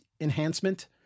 enhancement